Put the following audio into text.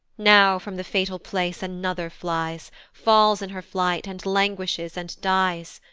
now from the fatal place another flies, falls in her flight, and languishes, and dies.